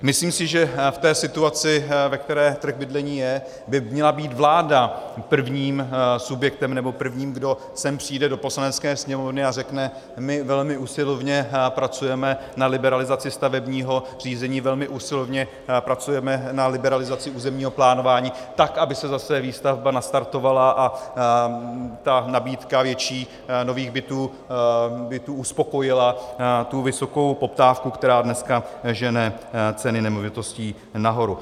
Myslím si, že v té situaci, ve které trh bydlení je, by měla být vláda prvním subjektem, nebo prvním, kdo přijde do Poslanecké sněmovny a řekne: my velmi usilovně pracujeme na liberalizaci stavebního řízení, velmi usilovně pracujeme na liberalizaci územního plánování, aby se zase výstavba nastartovala a nabídka nových bytů uspokojila vysokou poptávku, která dneska žene ceny nemovitostí nahoru.